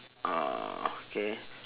uh okay